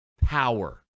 power